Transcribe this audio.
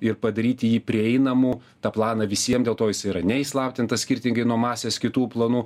ir padaryti jį prieinamu tą planą visiem dėl to jis yra neįslaptintas skirtingai nuo masės kitų planų